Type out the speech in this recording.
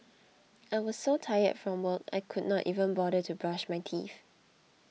I was so tired from work I could not even bother to brush my teeth